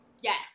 Yes